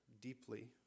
deeply